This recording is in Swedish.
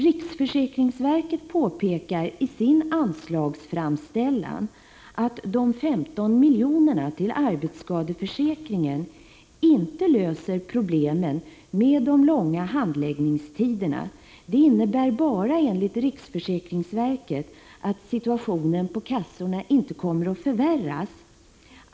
Riksförsäkringsverket påpekar i sin anslagsframställan att de 15 miljonerna till arbetsskadeförsäkringen inte löser problemen med de långa handläggningstiderna. Enligt riksförsäkringsverket innebär det bara att situationen på kassorna inte kommer att förvärras.